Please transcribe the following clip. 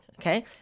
Okay